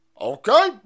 Okay